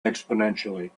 exponentially